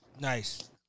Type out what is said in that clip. nice